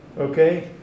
okay